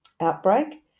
outbreak